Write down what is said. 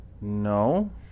No